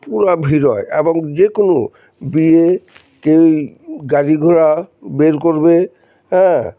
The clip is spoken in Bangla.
পুরো ভিড় হয় এবং যে কোনো বিয়ে কেউই গাড়ি ঘোড়া বের করবে হ্যাঁ